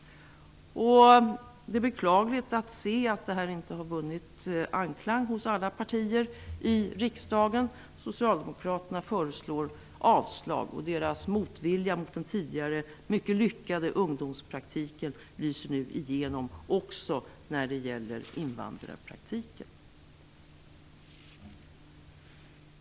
Det är beklagligt att detta inte har vunnit anklang hos alla partier i riksdagen. Socialdemokraterna föreslår avslag. Deras motvilja mot den mycket lyckade ungdomspraktiken lyser nu igenom också när det gäller invandrarpraktiken.